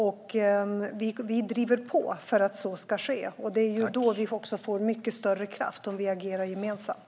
Vi driver på för att så ska ske, för vi får mycket större kraft om vi agerar gemensamt.